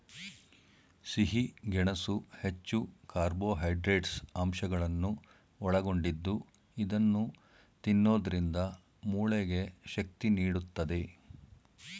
ಸಿಹಿ ಗೆಣಸು ಹೆಚ್ಚು ಕಾರ್ಬೋಹೈಡ್ರೇಟ್ಸ್ ಅಂಶಗಳನ್ನು ಒಳಗೊಂಡಿದ್ದು ಇದನ್ನು ತಿನ್ನೋದ್ರಿಂದ ಮೂಳೆಗೆ ಶಕ್ತಿ ನೀಡುತ್ತದೆ